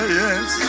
yes